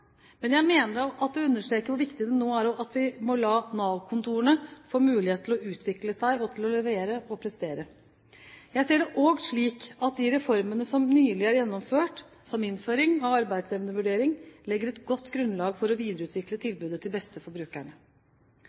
men jeg mener at det understreker hvor viktig det nå er at vi må la Nav-kontorene få mulighet til å utvikle seg og til å levere og prestere. Jeg ser det også slik at de reformene som nylig er gjennomført, som innføring av arbeidsevnevurdering, legger et godt grunnlag for å videreutvikle tilbudet til beste for brukerne.